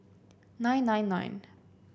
nine nine nine